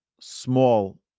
small